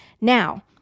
Now